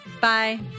Bye